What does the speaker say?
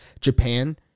Japan